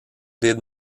did